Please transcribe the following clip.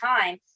time